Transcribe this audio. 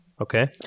Okay